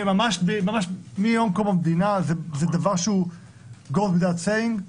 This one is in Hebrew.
מקום המדינה זה דבר שהוא goes without saying.